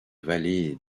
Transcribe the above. vallée